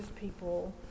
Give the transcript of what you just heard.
people